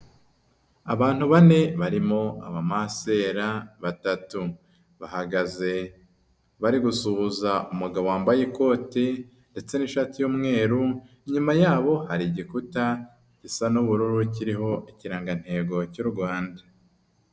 Abantu bane barimo abamansera batatu, bahagaze bari gusuhuza umugabo wambaye ikoti ndetse n'ishati y'umweru, inyuma yabo hari igikuta gisa n'ubururu kiriho Ikirangantego cy'u Rwanda.